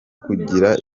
kugira